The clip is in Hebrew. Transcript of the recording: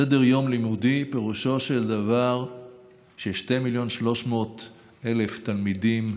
סדר-יום לימודי פירושו של דבר ש-2 מיליון ו-300,000 תלמידים,